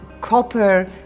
copper